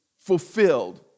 fulfilled